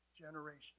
generation